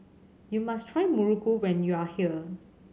you must try Muruku when you are here